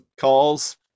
calls